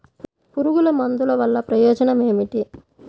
పురుగుల మందుల వల్ల ప్రయోజనం ఏమిటీ?